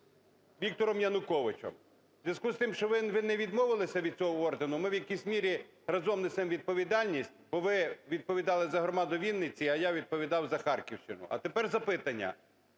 Віктором Януковичем. У зв'язку з тим, що ви не відмовилися від цього ордену, ми в якійсь мірі разом несемо відповідальність, бо ви відповідали за громаду Вінниці, а я відповідав за Харківщину. А тепер запитання.